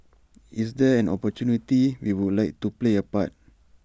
if there is an opportunity we would like to play A part